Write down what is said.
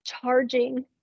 charging